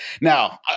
Now